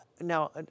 Now